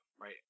right